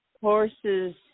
horses